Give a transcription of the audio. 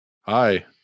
Hi